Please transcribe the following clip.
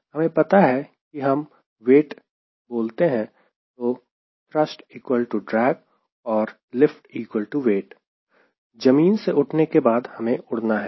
हमें पता है कि जब हम वेट बोलते हैं तो 𝑇 𝐷 𝐿 𝑊 जमीन से उठने के बाद हमें उड़ना है